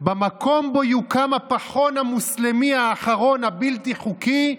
במקום שבו יוקם הפחון המוסלמי האחרון הבלתי-חוקי,